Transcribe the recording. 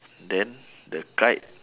then the kite